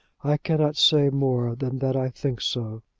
i cannot say more than that i think so.